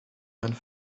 einen